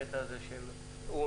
הקטע הזה היה מתבקש,